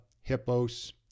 Hippos